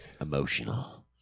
Emotional